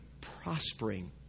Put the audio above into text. prospering